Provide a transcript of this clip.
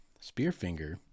Spearfinger